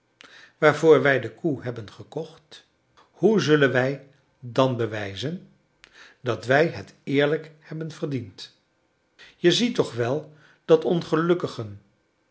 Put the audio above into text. waarvoor wij de koe hebben gekocht hoe zullen wij dan bewijzen dat wij het eerlijk hebben verdiend je ziet toch wel dat ongelukkigen